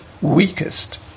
Weakest